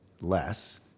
less